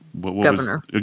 governor